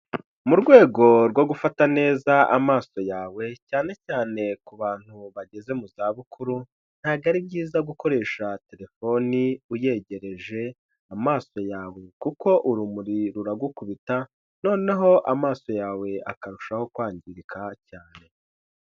Mu rwego rwo gufata neza amaso yawe, cyane cyane ku bantu bageze mu za bukuru, ntabwo ari byiza gukoresha terefone uyegereje amaso yawe kuko urumuri ruragukubita, noneho amaso yawe akarushaho kwangirika cyane.